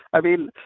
i mean,